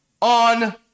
on